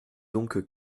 donc